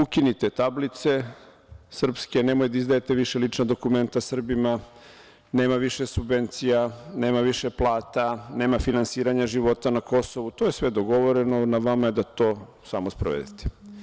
Ukinite tablice srpske, nemoj da izdajete više lična dokumenta Srbima, nema više subvencija, nema više plata, nema finansiranja života na Kosovu, to je sve dogovoreno, na vama je da to tamo sprovedete.